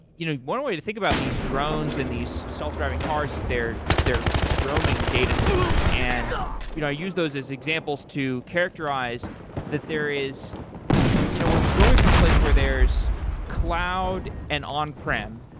you know one way to think about these drones and these self-driving cars is they're they're roaming datacenters. and you know i use those as examples to characterize that there is you know we're going from a place where there's cloud and on-prem,